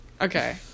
Okay